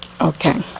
Okay